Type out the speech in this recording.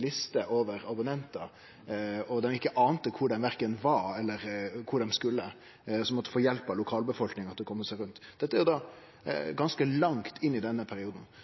lister over abonnentar. – Det skjedde no på laurdag, dei ante verken kvar dei var, eller kvar dei skulle, og måtte få hjelp av lokalbefolkninga til å kome seg rundt. Dette er ganske langt inn i denne perioden.